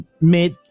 mid